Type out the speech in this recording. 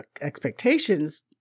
expectations